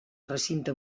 recinte